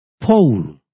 Paul